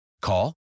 Call